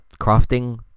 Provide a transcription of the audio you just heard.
crafting